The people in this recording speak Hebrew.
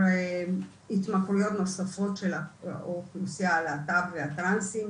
התמכרויות נוספות של האוכלוסיה הלהט"ב והטרנסים,